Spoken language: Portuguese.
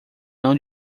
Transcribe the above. não